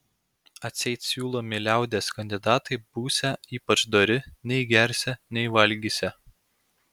atseit siūlomi liaudies kandidatai būsią ypač dori nei gersią nei valgysią